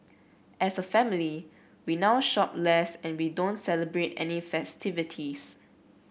as a family we now shop less and we don't celebrate any festivities